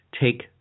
take